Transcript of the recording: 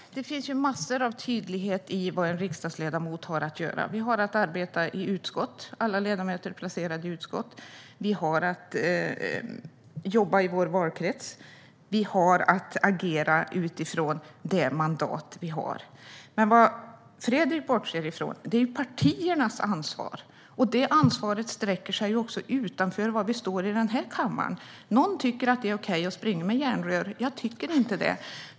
Herr talman! Det finns massor av tydlighet i vad en riksdagsledamot har att göra. Vi har att arbeta i utskott; alla ledamöter är placerade i utskott. Vi har att jobba i vår valkrets. Vi har att agera utifrån det mandat vi har. Men vad Fredrik bortser från är partiernas ansvar. Det ansvaret sträcker sig också utanför denna kammare. Någon tycker att det är okej att springa med järnrör - jag tycker inte det.